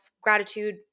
gratitude